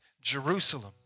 Jerusalem